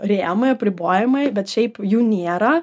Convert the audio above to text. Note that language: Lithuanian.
rėmai apribojimai bet šiaip jų nėra